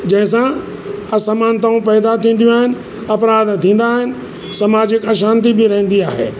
जंहिंसा असमानताऊं पैदा थीदियूं आहिनि अपराध थींदा आहिनि समाजिक अशांति बि रहंदी आहे